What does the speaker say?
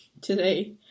today